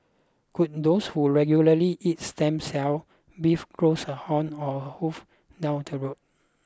could those who regularly eat stem cell beef grows a horn or a hoof down the road